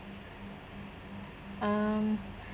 um